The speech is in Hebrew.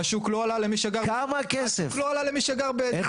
השוק לא עלה למי שגר בדירה להשכיר.